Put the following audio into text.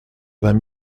vingt